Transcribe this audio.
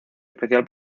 especial